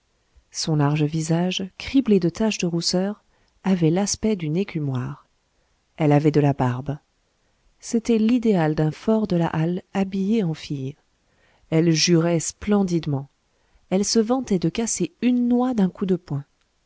son large visage criblé de taches de rousseur avait l'aspect d'une écumoire elle avait de la barbe c'était l'idéal d'un fort de la halle habillé en fille elle jurait splendidement elle se vantait de casser une noix d'un coup de poing